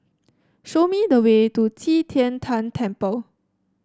show me the way to Qi Tian Tan Temple